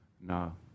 no